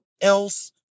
else